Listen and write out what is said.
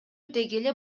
дегеле